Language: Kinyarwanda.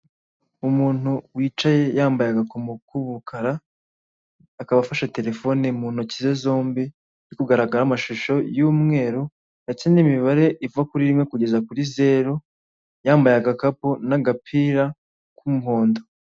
Umuhanda urimo imodoka y'ubururu itwaye amabati hari umuntu uri kuri yo modoka itwaye ibati hari moto itwaye umugenzi ndetse kuruhande rwe hepfo har' umusore ufite ikote ku rutugu ndetse hari nundi mugenzi uri kugenda muruhande rumwe n'imodoka inyuma ye hari igare hepfo hari ahantu bubatse hameze nk'ahantu bari kubaka hari ibiti by'icyatsi.